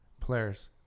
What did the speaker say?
Players